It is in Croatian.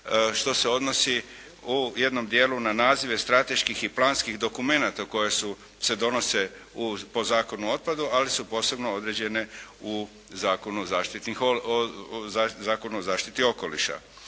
što se odnosi u jednom dijelu na nazive strateških i planskih dokumenata koji se donose po Zakonu o otpadu, ali su posebno određene u Zakonu o zaštiti okoliša.